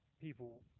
people